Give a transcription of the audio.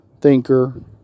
thinker